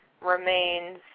remains